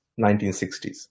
1960s